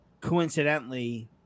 coincidentally